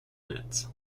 nets